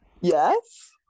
Yes